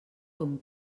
com